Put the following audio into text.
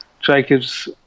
Jacobs